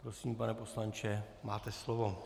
Prosím, pane poslanče, máte slovo.